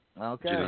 Okay